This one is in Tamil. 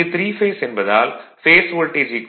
இங்கு 3 பேஸ் இருப்பதால் பேஸ் வோல்டேஜ் 500√3 288